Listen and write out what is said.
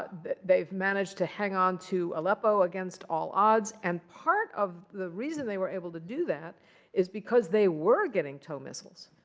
they've managed to hang on to aleppo against all odds. and part of the reason they were able to do that is because they were getting tow missiles.